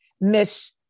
Miss